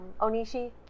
Onishi